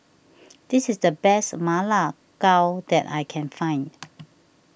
this is the best Ma La Gao that I can find